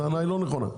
הטענה היא לא נכונה.